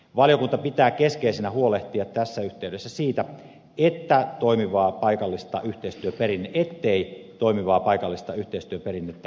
valiokunta pitää keskeisenä tässä yhteydessä siitä huolehtimista ettei toimivaa paikallista yhteistyöperinnettä heikennetä